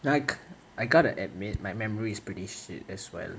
like I gotta admit my memory is pretty shit that's why